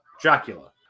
Dracula